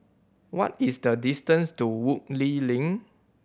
what is the distance to Woodleigh Link